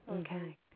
Okay